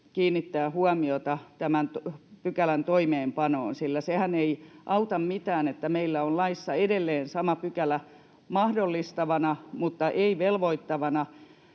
kiinnittää huomiota tämän pykälän toimeenpanoon — sillä sehän ei auta mitään, että meillä on laissa edelleen sama pykälä mahdollistavana mutta ei velvoittavana